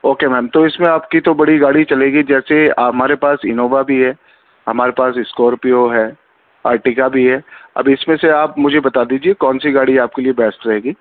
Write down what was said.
okay ma'am تو اس میں آپ کی تو بڑی گاڑی چلے گی جیسے ہمارے پاس انووا بھی ہے ہمارے پاس اسکارپیو ہے آرٹیکا بھی ہے اب اس میں سے آپ مجھے بتا دیجیے کون سی گاڑی آپ کے لیے بیسٹ رہے گی